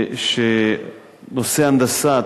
שנושאי ההנדסה,